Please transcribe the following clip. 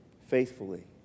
faithfully